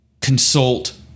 consult